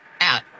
Out